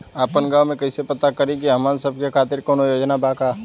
आपन गाँव म कइसे पता करि की हमन सब के खातिर कौनो योजना बा का?